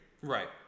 right